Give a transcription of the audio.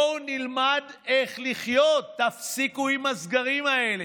בואו נלמד איך לחיות, תפסיקו עם הסגרים האלה.